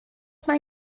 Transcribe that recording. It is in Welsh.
mae